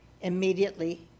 immediately